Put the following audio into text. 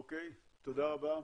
אוקיי, תודה רבה.